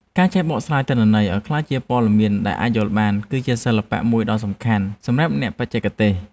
ការចេះបកស្រាយទិន្នន័យឱ្យក្លាយជាព័ត៌មានដែលអាចយល់បាន គឺជាសិល្បៈមួយដ៏សំខាន់សម្រាប់អ្នកបច្ចេកទេស។